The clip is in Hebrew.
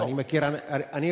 אני מכיר, אם